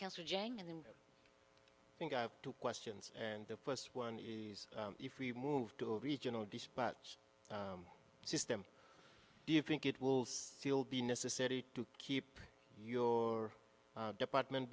cancer jangan i think i have two questions and the first one is if we move to a regional dispatch system do you think it will still be necessary to keep your department